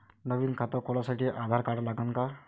नवीन खात खोलासाठी आधार कार्ड लागन का?